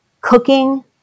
cooking